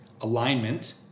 alignment